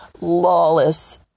lawless